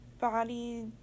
body